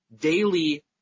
daily